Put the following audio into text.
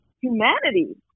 humanity